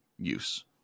Use